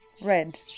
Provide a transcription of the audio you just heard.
red